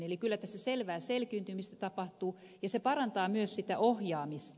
eli kyllä tässä selvää selkiintymistä tapahtuu ja se parantaa myös sitä ohjaamista